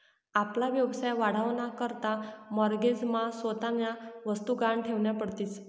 आपला व्यवसाय वाढावा ना करता माॅरगेज मा स्वतःन्या वस्तु गहाण ठेवन्या पडतीस